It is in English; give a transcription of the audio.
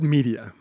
Media